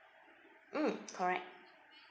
mm correct